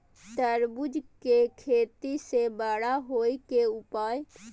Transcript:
तरबूज के तेजी से बड़ा होय के उपाय?